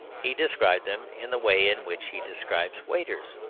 he described them in the way in which he described waiters,